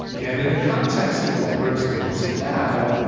and in the context of what we're experiencing now,